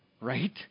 right